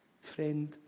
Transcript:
Friend